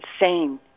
insane